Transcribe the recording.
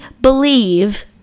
believe